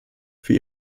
für